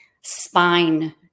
spine